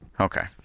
Okay